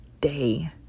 day